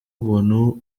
umuntu